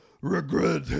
regret